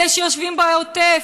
אלה שיושבים בעוטף,